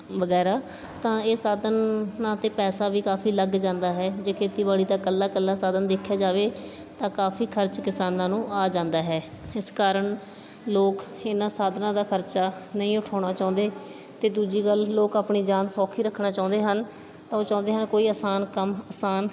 ਵਗੈਰਾ ਤਾਂ ਇਹ ਸਾਧਨਾਂ ਤਾਂ ਪੈਸਾ ਵੀ ਕਾਫ਼ੀ ਲੱਗ ਜਾਂਦਾ ਹੈ ਜੇ ਖੇਤੀਬਾੜੀ ਦਾ ਇਕੱਲਾ ਇਕੱਲਾ ਸਾਧਨ ਦੇਖਿਆ ਜਾਵੇ ਤਾਂ ਕਾਫ਼ੀ ਖਰਚ ਕਿਸਾਨਾਂ ਨੂੰ ਆ ਜਾਂਦਾ ਹੈ ਇਸ ਕਾਰਣ ਲੋਕ ਇਹਨਾਂ ਸਾਧਨਾਂ ਦਾ ਖਰਚਾ ਨਹੀਂ ਉਠਾਉਣਾ ਚਾਹੁੰਦੇ ਅਤੇ ਦੂਜੀ ਗੱਲ ਲੋਕ ਆਪਣੀ ਜਾਨ ਸੌਖੀ ਰੱਖਣਾ ਚਾਹੁੰਦੇ ਹਨ ਤਾਂ ਉਹ ਚਾਹੁੰਦੇ ਹਨ ਕੋਈ ਆਸਾਨ ਕੰਮ ਆਸਾਨ